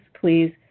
please